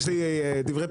אני אדבר ונראה.